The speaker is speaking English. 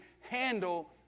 handle